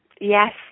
Yes